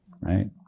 Right